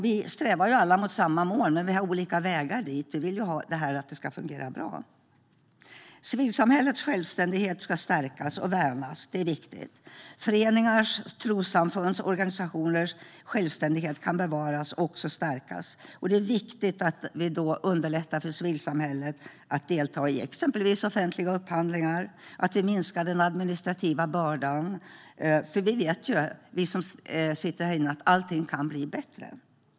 Vi strävar alla mot samma mål, men vi har olika vägar dit. Vi vill ju att det ska fungera bra. Civilsamhällets självständighet ska stärkas och värnas. Det är viktigt. Föreningars, trossamfunds och organisationers självständighet kan bevaras och också stärkas. Det är viktigt att vi underlättar för civilsamhället att delta i exempelvis offentliga upphandlingar och att vi minskar den administrativa bördan, för vi vet ju, vi som sitter här inne, att allting kan bli bättre.